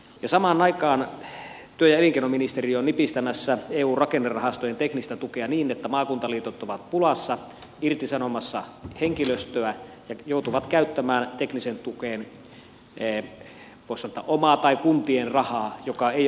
samaan aikaan työ ja elinkeinoministeriö on nipistämässä eun rakennerahastojen teknistä tukea niin että maakuntaliitot ovat pulassa irtisanomassa henkilöstöä ja joutuvat käyttämään tekniseen tukeen voisi sanoa että omaa tai kuntien rahaa mikä ei ole oikein